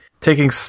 taking